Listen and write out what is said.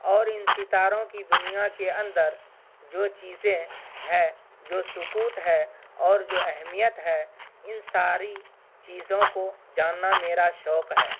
اور ان ستاروں کی دنیا کے اندر جو چیزیں ہیں جو سکوت ہے اور جو اہمیت ہے ان ساری چیزوں کو جاننا میرا شوق ہے